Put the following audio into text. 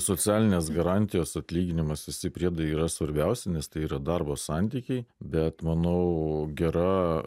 socialinės garantijos atlyginimas visi priedai yra svarbiausi nes tai yra darbo santykiai bet manau gera